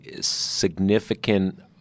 significant